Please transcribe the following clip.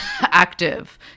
active